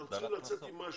אנחנו צריכים לצאת עם משהו.